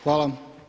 Hvala.